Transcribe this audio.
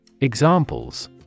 Examples